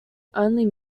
only